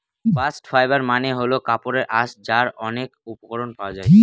bast fibre মানে হল কাপড়ের আঁশ যার অনেক উপকরণ পাওয়া যায়